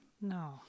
No